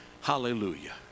Hallelujah